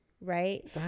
Right